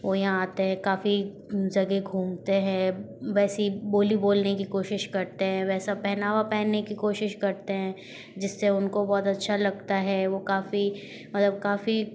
वो यहाँ आते हैं काफ़ी जगह घूमते हैं वैसी बोली बोलने की कोशिश करते हैं वैसा पहनावा पहनने की कोशिश करते हैं जिससे उनको बहुत अच्छा लगता है वो काफ़ी मतलब काफ़ी